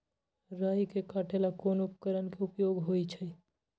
राई के काटे ला कोंन उपकरण के उपयोग होइ छई?